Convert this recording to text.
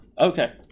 Okay